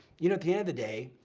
you know the end of the day,